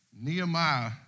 Nehemiah